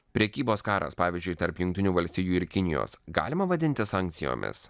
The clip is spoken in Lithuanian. prekybos karas pavyzdžiui tarp jungtinių valstijų ir kinijos galima vadinti sankcijomis